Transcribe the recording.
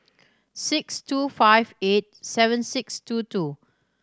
six two five eight seven six two two